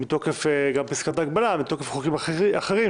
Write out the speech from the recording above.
מתוקף פסקת ההגבלה ומתוקף חוקים אחרים,